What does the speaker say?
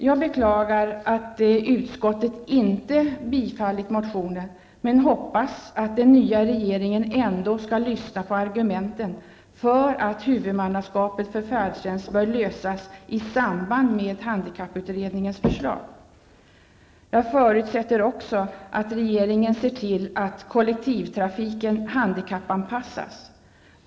Jag beklagar att utskottet inte tillstyrkt motionen, men hoppas att den nya regeringen ändå skall lyssna på argumenten för att frågan om huvudmannaskapet för färdtjänst bör lösas i samband med handikapputredningens förslag. Jag förutsätter också att regeringen ser till att kollektivtrafiken handikappanpassas.